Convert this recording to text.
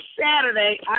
Saturday